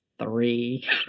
three